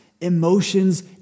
emotions